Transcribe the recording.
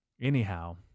anyhow